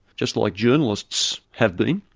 just like journalists have been,